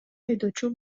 айдоочу